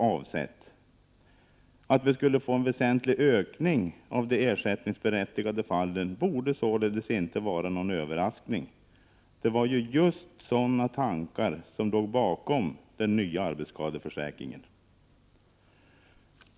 Att vi skulle få en väsentlig ökning av antalet ersättningsberättigade fall borde således inte vara någon överraskning. Det var ju just sådana tankar som låg bakom den nya arbetsskadeförsäkringen.